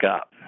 up